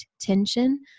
tension